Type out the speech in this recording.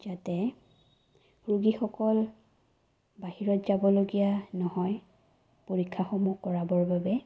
যাতে ৰোগীসকল বাহিৰত যাবলগীয়া নহয় পৰীক্ষাসমূহ কৰাবৰ বাবে